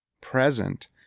present